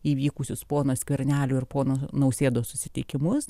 įvykusius pono skvernelio ir pono nausėdos susitikimus